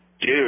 dude